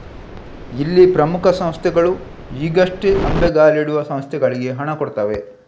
ಇಲ್ಲಿ ಪ್ರಮುಖ ಸಂಸ್ಥೆಗಳು ಈಗಷ್ಟೇ ಅಂಬೆಗಾಲಿಡುವ ಸಂಸ್ಥೆಗಳಿಗೆ ಹಣ ಕೊಡ್ತವೆ